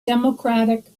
democratic